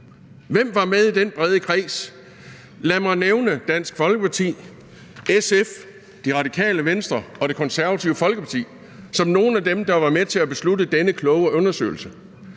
Hvem var med i den brede kreds? Lad mig nævne Dansk Folkeparti, SF, Det Radikale Venstre og Det Konservative Folkeparti som nogle af dem, der var med til at beslutte denne kloge undersøgelse.